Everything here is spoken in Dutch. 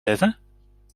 zetten